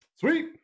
Sweet